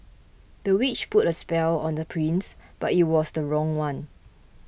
the witch put a spell on the prince but it was the wrong one